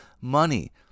money